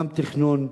גם תכנון,